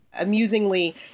Amusingly